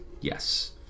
yes